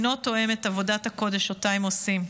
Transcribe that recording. אינו תואם את עבודת הקודש שאותה הם עושים.